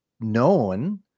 known